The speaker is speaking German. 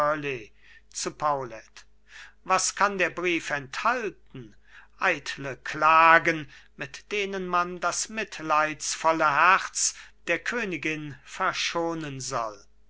was kann der brief enthalten eitle klagen mit denen man das mitleidsvolle herz der königin verschonen soll